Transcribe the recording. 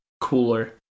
cooler